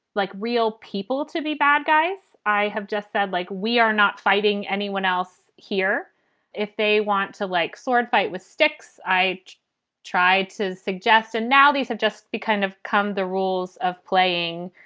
like, real people to be bad guys. i have just said, like, we are not fighting anyone else here if they want to, like, sword fight with sticks i tried to suggest and now these have just kind of come the rules of playing,